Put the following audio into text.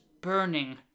burning